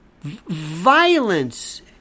violence